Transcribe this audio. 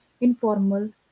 informal